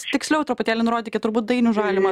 tiksliau truputėlį nurodykit turbūt dainių žalimą